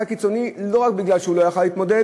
הקיצוני לא רק מפני שהוא לא יכול להתמודד,